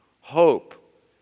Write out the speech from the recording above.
hope